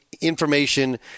information